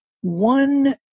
one